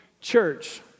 church